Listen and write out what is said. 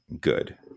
good